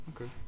okay